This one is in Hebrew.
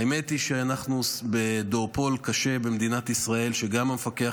האמת היא שאנחנו בדואופול קשה במדינת ישראל שגם המפקח